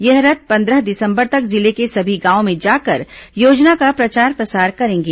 यह रथ पंद्रह दिसंबर तक जिले के सभी गांवों में जाकर योजना का प्रचार प्रसार करेंगे